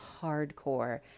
hardcore